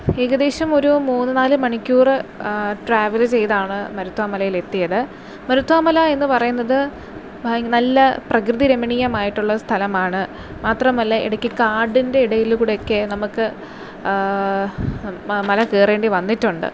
ഏകദേശം ഒരു മൂന്നു നാല് മണിക്കൂർ ട്രാവല് ചെയ്താണ് മരുത്വ മലയിൽ എത്തിയത് മരുത്വ മല എന്ന് പറയുന്നത് നല്ല പ്രകൃതിരമണീയമായിട്ടുള്ള സ്ഥലമാണ് മാത്രമല്ല ഇടയ്ക്ക് കാടിന്റെ ഇടയിലൂടെ ഒക്കെ നമുക്ക് മല കയറേണ്ടി വന്നിട്ടുണ്ട്